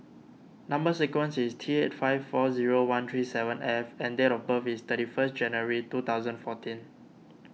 Number Sequence is T eight five four zero one three seven F and date of birth is thirty first January two thousand fourteen